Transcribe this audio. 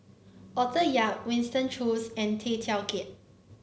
Arthur Yap Winston Choos and Tay Teow Kiat